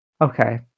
Okay